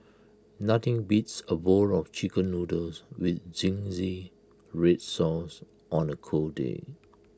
nothing beats A bowl of Chicken Noodles with Zingy Red Sauce on A cold day